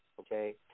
okay